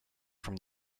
from